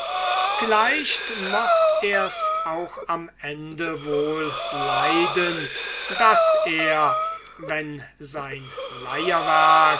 vielleicht mocht er's auch am ende wohl leiden daß er wenn sein